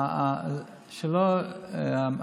רגע, רגע.